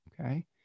Okay